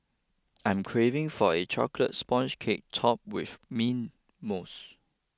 I'm craving for a Chocolate Sponge Cake Topped with Mint Mousse